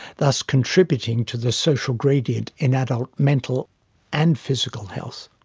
thus contributing to the social gradient in adult mental and physical health.